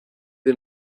wir